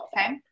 Okay